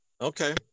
okay